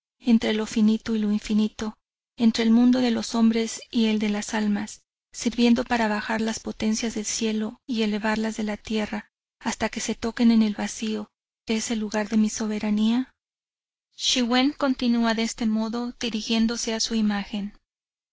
entre lo finito y lo infinito entre el mundo de los hombres y el de las almas sirviendo para bajar las potencias del cielo y elevar las de la tierra hasta que se toquen en el vacío que es el lugar de mi soberanía schiwen continua de este modo dirigiéndose a su imagen